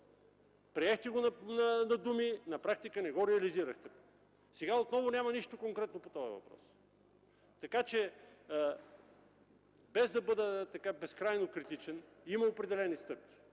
Приехте го на думи, но на практика не го реализирахте. Сега отново няма нищо конкретно по този въпрос. Така че, без да бъда безкрайно критичен, има определени стъпки,